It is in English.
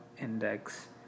index